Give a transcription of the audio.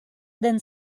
than